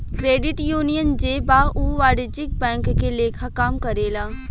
credit union जे बा उ वाणिज्यिक बैंक के लेखा काम करेला